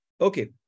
Okay